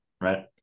Right